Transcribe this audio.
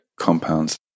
compounds